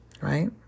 right